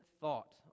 thought